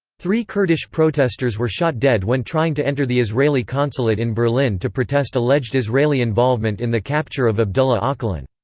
three kurdish protestors were shot dead when trying to enter the israeli consulate in berlin to protest alleged israeli involvement in the capture of abdullah ocalan.